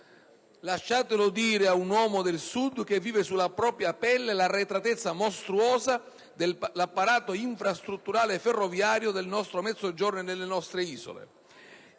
Lasciatelo dire ad un uomo del Sud che vive sulla propria pelle l'arretratezza mostruosa dell'apparato infrastrutturale ferroviario del nostro Mezzogiorno e delle Isole.